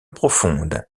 profonde